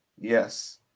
Yes